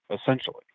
essentially